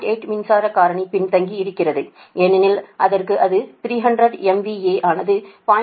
8 மின்சார காரணி பின்தங்கி இருக்கிறது ஏனெனில் அதற்கு அது 300 MVA ஆனது 0